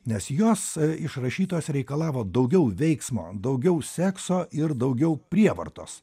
nes jos iš rašytojos reikalavo daugiau veiksmo daugiau sekso ir daugiau prievartos